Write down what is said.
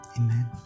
amen